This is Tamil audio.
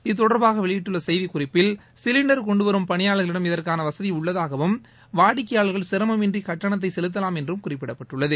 இது தொடர்பாக வெளியிட்டுள்ள செய்திக்குறிப்பில் சிலிண்டர் கொண்டுவரும் பணியாளர்களிடம் இதற்கான வசதி உள்ளதாவும் வாடிக்கையாளர்கள் சிரமமின்றி கட்டணத்தை செலுத்தலாம் என்றும் குறிப்பிடப்பட்டுள்ளது